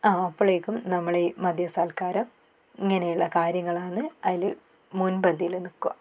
ആ അപ്പളേക്കും നമ്മളീ മദ്യ സൽക്കാരം ഇങ്ങനെയുള്ള കാര്യങ്ങളാന്ന് അതിൽ മുൻപന്തിയിൽ നിൽക്കുക